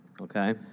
Okay